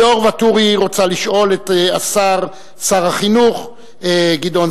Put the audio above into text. ליאור וטורי רוצה לשאול את שר החינוך גדעון